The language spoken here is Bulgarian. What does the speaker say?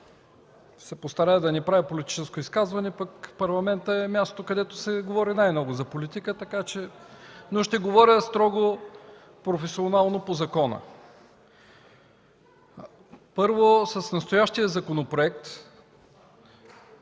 се постарая да не правя политическо изказване. Парламентът е мястото, където се говори най-много за политика, но ще говоря строго професионално по закона. Първо, с настоящия законопроект